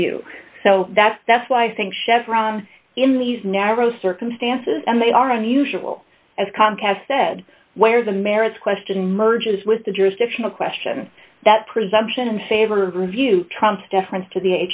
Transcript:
review so that's that's why i think chevron in these narrow circumstances and they are unusual as comcast said where the merits question merges with the jurisdictional question that presumption in favor of review trumps deference to the